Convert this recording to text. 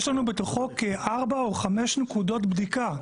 יש לנו בתוכו כארבע או חמש נקודות בדיקה,